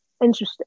interesting